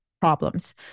problems